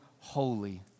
holy